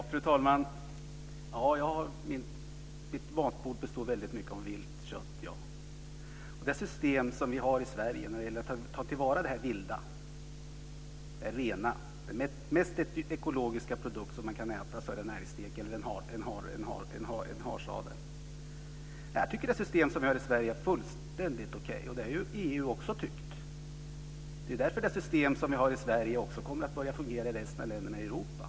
Fru talman! Ja, måltiderna på mitt matbord består väldigt ofta av kött från vilt. Den renaste, mest ekologiska produkt man kan äta är en älgstek eller en harsadel. Och det system som vi har i Sverige när det gäller att ta till vara det vilda tycker jag är fullständigt okej. Det har EU också tyckt. Det är därför det system som vi har i Sverige också kommer att börja fungera i resten av länderna i Europa.